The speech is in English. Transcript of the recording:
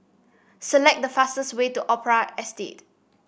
select the fastest way to Opera Estate